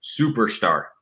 superstar